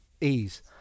ease